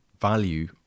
value